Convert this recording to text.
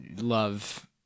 love